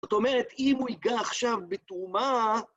זאת אומרת, אם הוא ייגע עכשיו בתרומה...